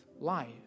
life